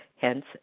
Hence